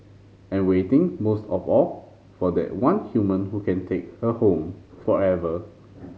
and waiting most of all for that one human who can take her home forever